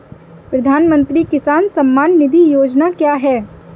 प्रधानमंत्री किसान सम्मान निधि योजना क्या है?